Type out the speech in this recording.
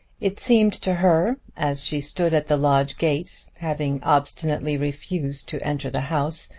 it seemed to her as she stood at the lodge gate, having obstinately refused to enter the house,